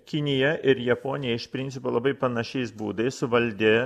kinija ir japonija iš principo labai panašiais būdais suvaldė